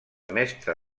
mestre